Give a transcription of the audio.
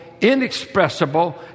inexpressible